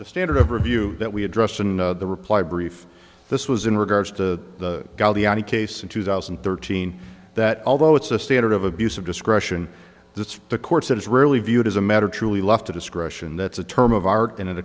the standard of review that we addressed in the reply brief this was in regards to the case in two thousand and thirteen that although it's a standard of abuse of discretion that's the courts it is really viewed as a matter truly left to discretion that's a term of art and it